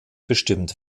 bestimmt